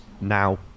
now